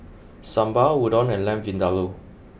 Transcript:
Sambar Udon and Lamb Vindaloo